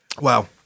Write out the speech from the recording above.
Wow